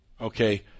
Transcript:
Okay